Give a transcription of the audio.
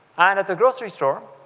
and at the grocery store,